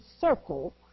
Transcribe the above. circle